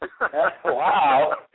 Wow